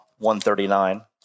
139